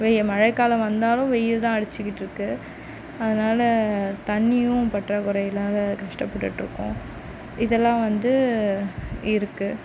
வெயி மழைக்காலம் வந்தாலும் வெயில் தான் அடித்துக்கிட்டு இருக்குது அதனால் தண்ணியும் பற்றாக்குறையினால் கஷ்டப்பட்டுட்டிருக்கோம் இதெல்லாம் வந்து இருக்குது